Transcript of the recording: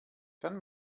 kann